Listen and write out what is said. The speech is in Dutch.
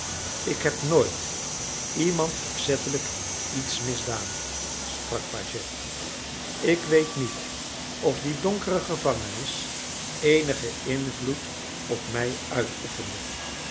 ik heb nooit iemand opzettelijk iets misdaan sprak pagès ik weet niet of die donkere gevangenis eenigen invloed op mij uitoefende